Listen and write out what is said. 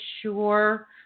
sure